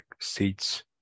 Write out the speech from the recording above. seats